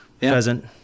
pheasant